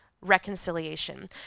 reconciliation